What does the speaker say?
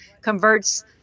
converts